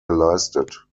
geleistet